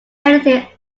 anything